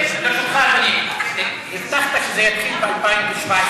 ברשותך, אדוני, הבטחת שזה יתחיל ב-2017.